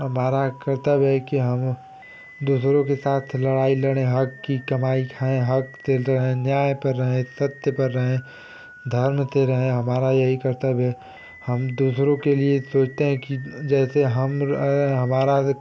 हमारा कर्तव्य है कि हम दूसरों के साथ लड़ाई लड़े हक की कमाई खाए हक के जो है न्याय पर रहें तत्य पर रहें धर्म पर रहें हमारा यही कर्तव्य हम दूसरों के लिए सोचते हैं कि जैसे हम रहे हमारा